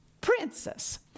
princess